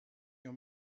your